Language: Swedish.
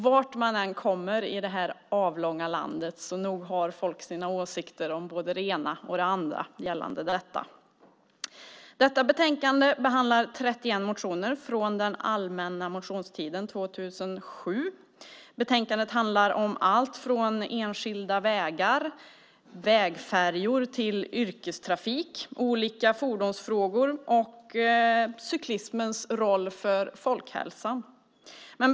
Vart man än kommer i detta avlånga land så har människor sina åsikter om både det ena och det andra gällande detta. Detta betänkande behandlar 31 motioner från den allmänna motionstiden år 2007. Betänkandet handlar om allt från enskilda vägar, vägfärjor, yrkestrafik och olika fordonsfrågor till cyklismens roll för folkhälsan.